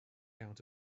out